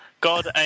God